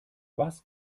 was